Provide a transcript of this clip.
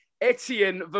Etienne